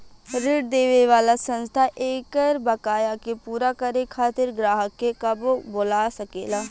ऋण देवे वाला संस्था एकर बकाया के पूरा करे खातिर ग्राहक के कबो बोला सकेला